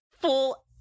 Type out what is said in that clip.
full